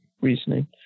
reasoning